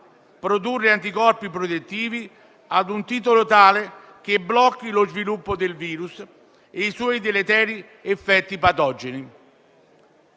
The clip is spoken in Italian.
produrre anticorpi protettivi a un titolo tale da bloccare lo sviluppo del virus e i suoi deleteri effetti patogeni.